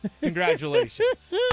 congratulations